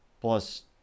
plus